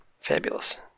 fabulous